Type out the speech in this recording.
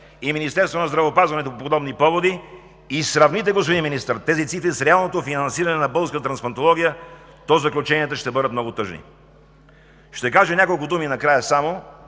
и Министерството по здравеопазването по подобни поводи, и сравните, господин Министър, тези цифри с реалното финансиране на българската трансплантология, то заключенията ще бъдат много тъжни. Накрая ще кажа само